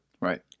Right